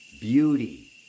beauty